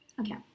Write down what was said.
Okay